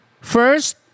first